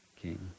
King